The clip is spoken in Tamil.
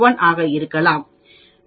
01 ஆக இருக்கலாம் 0